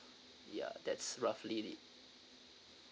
ya that's roughly